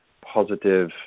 positive